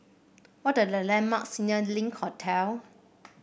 what are the landmarks near Link Hotel